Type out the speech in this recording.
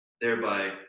thereby